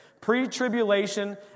Pre-tribulation